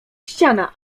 ściana